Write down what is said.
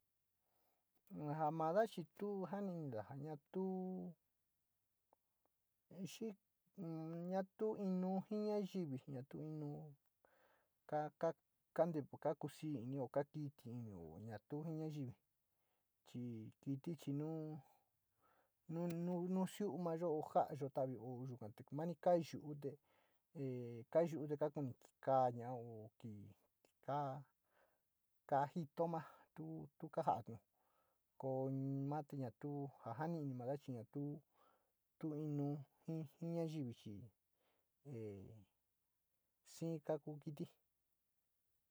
Ja nada chi tu janida ña tu xi ño tu inuu ji nayivi, ña tu inuu, ka kakusi inio o ka kati inio ña tu ji ñayivi chi kiti chi nou un nu xiu´umayo o ja´ayo tavi, nani kayuu te e koyu te kakunt ki kaaña o ki ka kajito. Mani tu kañaa tuu ka mati ña tu ja jani´ini nada chi ña tu, tu inuu jii nayivi chi e sii kaku kiti.